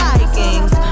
Vikings